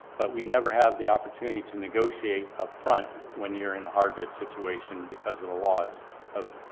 but we never have the opportunity to negotiate up front when you're in a hard bid situation, because of the laws of,